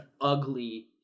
ugly